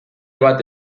bat